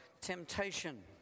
temptation